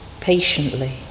patiently